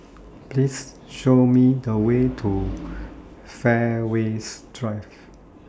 Please Show Me The Way to Fairways Drive